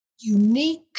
unique